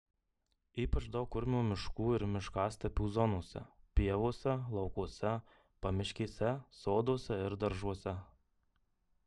ypač daug kurmių miškų ir miškastepių zonose pievose laukuose pamiškėse soduose ir daržuose